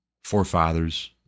forefathers